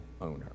owner